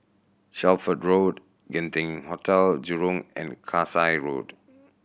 Shelford Road Genting Hotel Jurong and Kasai Road